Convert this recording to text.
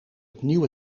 opnieuw